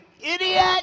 idiot